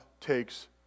takes